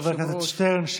חבר הכנסת שטרן,